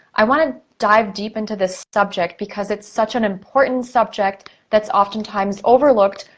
i wanna dive deep into this subject, because it's such an important subject that's often times overlooked,